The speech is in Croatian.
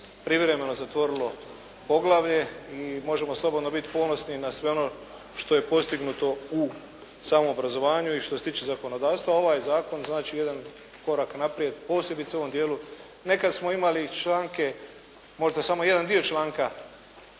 privremeno zatvorilo poglavlje i možemo slobodno biti ponosni na sve ono što je postignuto u samom obrazovanju i što se tiče zakonodavstva ovaj zakon znači jedan korak naprijed, posebice u ovom dijelu. Nekad smo imali članke, možda samo jedan dio članka